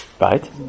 Right